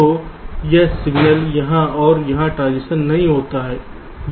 तो वह सिग्नल यहाँ और यहाँ ट्रांजीशन नहीं होता है